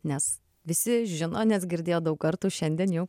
nes visi žino nes girdėjo daug kartų šiandien jau